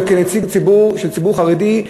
וכנציג הציבור של ציבור חרדי,